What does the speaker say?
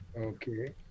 Okay